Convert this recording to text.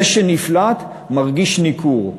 זה שנפלט מרגיש ניכור.